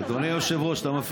אני רק רוצה